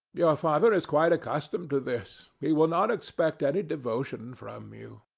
your father is quite accustomed to this he will not expect any devotion from you.